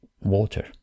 water